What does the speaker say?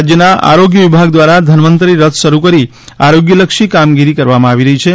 રાજ્યના આરોગ્ય વિભાગ દ્વારા ધન્વતરી રથ શરૂ કરી આરોગ્ય લક્ષી કામગીરી કરવામાં આવી રહી છે